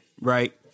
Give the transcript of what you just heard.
right